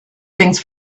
things